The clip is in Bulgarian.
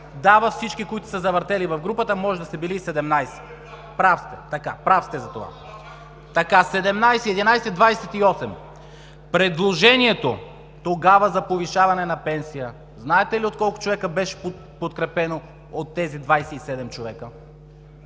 дава всички, които са се завъртели в групата. Може да са били и 17 – прав сте. Така, прав сте за това. 17 и 11 е 28. Предложението тогава за повишаване на пенсия знаете ли от колко човека беше подкрепено от тези 27 човека?